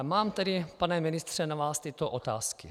Mám tedy, pane ministře, na vás tyto otázky.